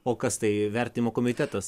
o kas tai vertimo komitetas